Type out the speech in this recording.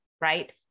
right